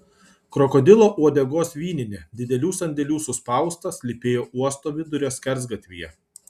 krokodilo uodegos vyninė didelių sandėlių suspausta slypėjo uosto vidurio skersgatvyje